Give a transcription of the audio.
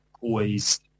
poised